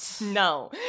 No